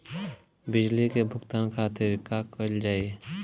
बिजली के भुगतान खातिर का कइल जाइ?